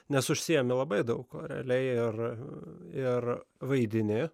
nes užsiemi labai daug realiai ir ir vaidini